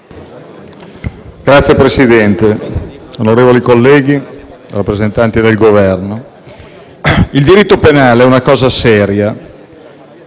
Signor Presidente, onorevoli colleghi, rappresentanti del Governo, il diritto penale è una cosa seria.